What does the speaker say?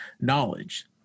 knowledge